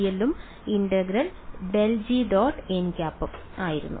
nˆ ഉം ആയിരുന്നു